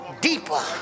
deeper